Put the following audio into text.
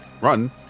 run